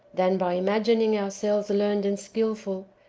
than, by imagining ourselves learned and skilful,